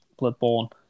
Bloodborne